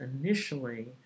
initially